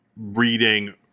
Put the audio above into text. reading